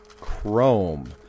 Chrome